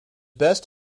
best